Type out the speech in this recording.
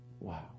wow